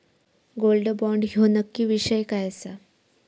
Gold bond ह्यो नक्की विषय काय आसा?